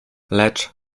lecz